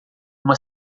uma